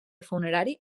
funerari